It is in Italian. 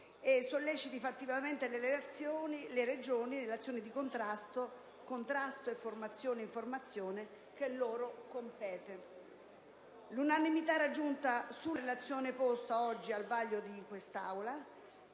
e solleciti fattivamente le Regioni nell'azione di controllo, contrasto, formazione ed informazione che loro compete. L'unanimità raggiunta sulla relazione posta oggi al vaglio di quest'Aula,